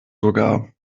sogar